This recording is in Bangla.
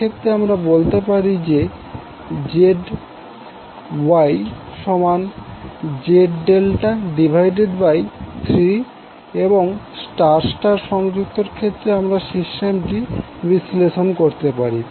এক্ষেত্রে আমরা বলতে পারি যে ZYZ∆3এবং স্টার স্টার সংযুক্তের ক্ষেত্রে আমরা সিস্টেমটি বিশ্লেষণ করতে পারি